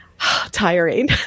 tiring